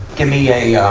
give me a yeah